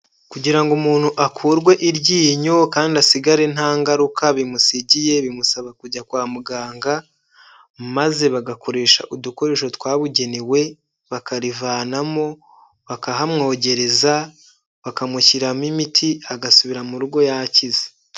Kugira ngo umuntu akurwe iryinyo kandi asigare nta ngaruka bimusigiye bimusaba kujya kwa muganga maze bagakoresha udukoresho twabugenewe bakarivanamo, bakahamwogereza, bakamushyiramo imiti agasubira mu rugo yakize.